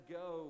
go